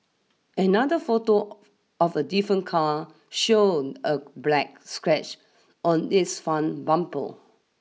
another photo of a different car showed a black scratch on its front bumper